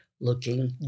looking